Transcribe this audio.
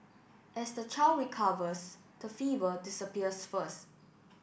as the child recovers the fever disappears first